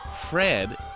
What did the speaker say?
Fred